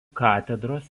katedros